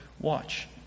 watch